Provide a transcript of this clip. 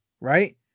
right